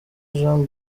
jean